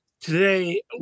Today